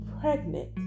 pregnant